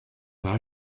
pas